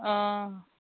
অ